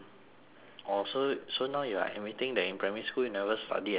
oh so so now you are admitting that in primary school you never study as hard lor